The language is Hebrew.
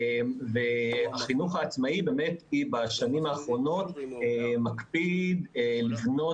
והחינוך העצמאי באמת בשנים האחרונות מקפיד לבנות